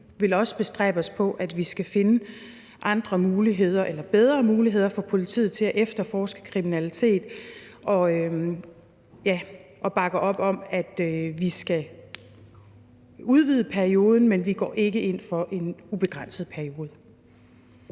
vi vil også stræbe efter at finde andre muligheder eller bedre muligheder for politiet til at efterforske kriminalitet. Vi bakker op om, at vi skal udvide perioden, men vi går ikke ind for en ubegrænset periode.